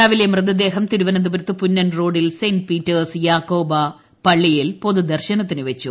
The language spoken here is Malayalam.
രാവിലെ മൃതദേഹം തിരുവനന്തപുരത്ത് പുന്നൻ റോഡിൽ സെന്റ് പീറ്റേഴ്സ് യാക്കോബ പള്ളിയിൽ പൊതുദർശനത്തിന് വച്ചു